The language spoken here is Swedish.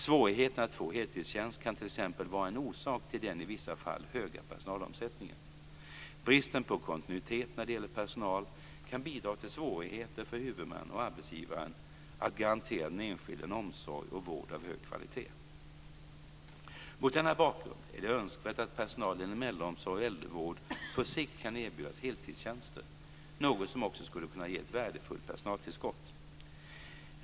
Svårigheten att få heltidstjänst kan t.ex. vara en orsak till den i vissa fall höga personalomsättningen. Bristen på kontinuitet när det gäller personal kan bidra till svårigheter för huvudman och arbetsgivaren att garantera den enskilde en omsorg och vård av hög kvalitet. Mot denna bakgrund är det önskvärt att personal inom äldreomsorg och äldrevård på sikt kan erbjudas heltidstjänster, något som också skulle kunna ge ett värdefullt personaltillskott.